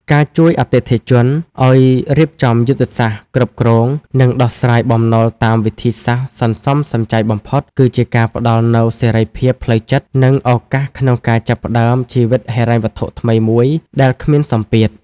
ការជួយអតិថិជនឱ្យរៀបចំយុទ្ធសាស្ត្រគ្រប់គ្រង និងដោះស្រាយបំណុលតាមវិធីសាស្ត្រសន្សំសំចៃបំផុត គឺជាការផ្ដល់នូវសេរីភាពផ្លូវចិត្ត និងឱកាសក្នុងការចាប់ផ្ដើមជីវិតហិរញ្ញវត្ថុថ្មីមួយដែលគ្មានសម្ពាធ។